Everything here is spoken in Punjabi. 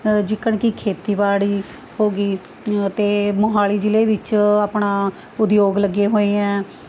ਜੀਕਣ ਕਿ ਖੇਤੀਬਾੜੀ ਹੋ ਗਈ ਅਤੇ ਮੋਹਾਲੀ ਜ਼ਿਲ੍ਹੇ ਵਿੱਚ ਆਪਣਾ ਉਦਯੋਗ ਲੱਗੇ ਹੋਏ ਹੈ